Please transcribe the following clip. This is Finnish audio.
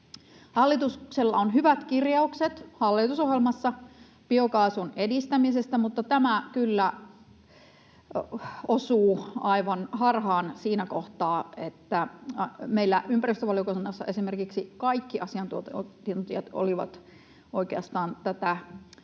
Hallituksella on hyvät kirjaukset hallitusohjelmassa biokaasun edistämisestä, mutta tämä kyllä osuu aivan harhaan siinä kohtaa, että meillä ympäristövaliokunnassa esimerkiksi kaikki asiantuntijat olivat oikeastaan tätä